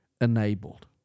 enabled